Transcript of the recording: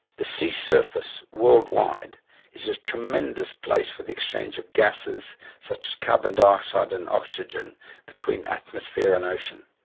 the sea surface worldwide is a tremendous place for the exchange of gases such as carbon dioxide and oxygen between atmosphere and ocean.